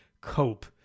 Cope